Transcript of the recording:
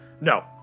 No